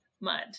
mud